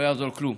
לא יעזור כלום,